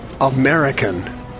American